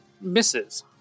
Misses